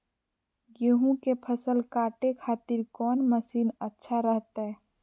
गेहूं के फसल काटे खातिर कौन मसीन अच्छा रहतय?